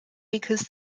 because